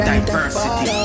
Diversity